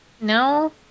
No